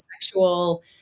sexual